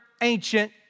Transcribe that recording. ancient